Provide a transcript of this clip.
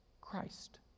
Christ